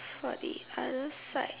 for the other side